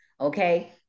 okay